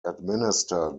administered